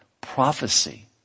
Prophecy